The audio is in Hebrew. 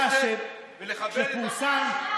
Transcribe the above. אני יודע שכשפורסם,